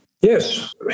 Yes